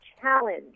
challenge